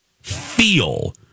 feel